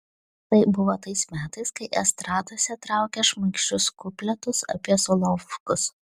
tai buvo tais metais kai estradose traukė šmaikščius kupletus apie solovkus